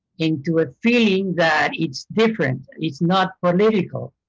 into a feeling that it's different. it's not political.